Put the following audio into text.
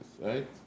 right